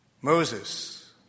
Moses